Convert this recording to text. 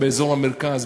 באזור המרכז,